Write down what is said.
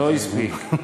לא הספיק.